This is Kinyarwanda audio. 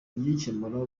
kugikemura